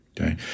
okay